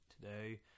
today